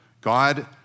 God